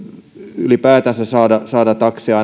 ylipäätänsä saada saada taksia